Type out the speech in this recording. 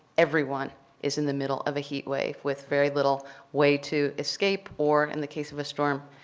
everyone is in the middle of a heat wave with very little way to escape or, in the case of a storm,